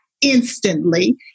instantly